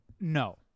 No